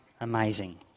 amazing